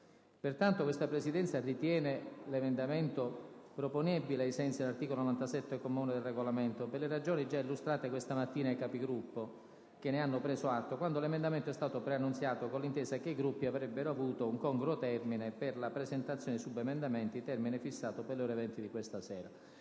Pertanto, questa Presidenza ritiene l'emendamento proponibile ai sensi dell'articolo 97, comma 1, del Regolamento per le ragioni già illustrate questa mattina ai Capigruppo, che ne hanno preso atto quando l'emendamento è stato preannunciato, con l'intesa che i Gruppi avrebbero avuto un congruo termine per la presentazione di subemendamenti, termine fissato per le ore 20 di questa sera.